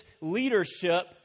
leadership